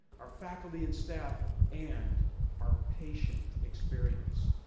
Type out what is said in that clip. our faculty and staff, and our patient experience.